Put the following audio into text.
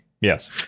Yes